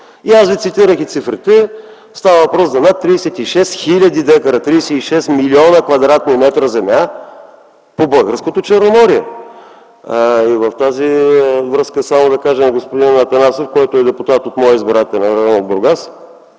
Аз ви цитирах и цифрите. Става въпрос за над 36 хил. дка, над 36 млн. кв.м земя по българското Черноморие. И в тази връзка само да кажа на господин Атанасов, който е депутат от моя избирателен район – Бургас,